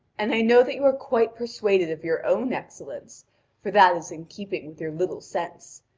and i know that you are quite persuaded of your own excellence for that is in keeping with your little sense.